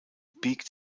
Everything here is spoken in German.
biegt